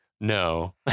No